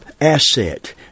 asset